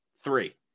three